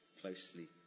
closely